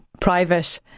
private